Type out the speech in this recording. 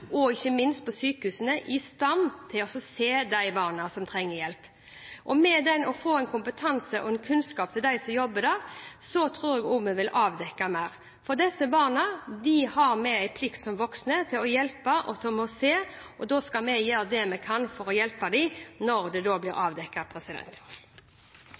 og ikke minst på sykehusene, i stand til å se de barna som trenger hjelp. Og ved at vi dermed gir kompetanse og kunnskap til dem som jobber der, tror jeg også vi vil avdekke mer. For disse barna har vi som voksne en plikt til å hjelpe og å se, og da skal vi gjøre det vi kan for å hjelpe dem når det blir